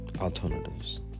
alternatives